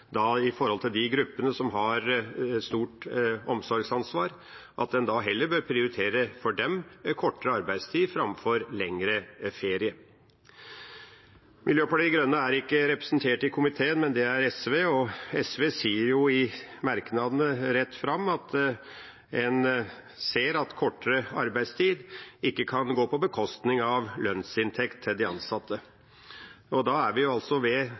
de gruppene som har stort omsorgsansvar, bør en heller prioritere kortere arbeidstid framfor lengre ferie. Miljøpartiet De Grønne er ikke representert i komiteen, men det er SV, og SV sier i merknadene rett fram at en ser at kortere arbeidstid ikke kan gå på bekostning av lønnsinntekt til de ansatte. Da er vi altså ved